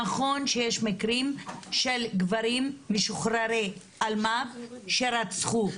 נכון שיש מקרים של גברים משוחררי אלמ"ב שרצחו,